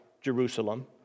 Jerusalem